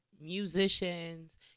musicians